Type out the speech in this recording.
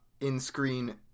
in-screen